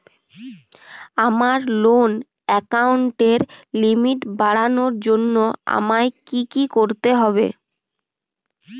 আমার লোন অ্যাকাউন্টের লিমিট বাড়ানোর জন্য আমায় কী কী করতে হবে?